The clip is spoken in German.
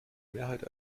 mehrheit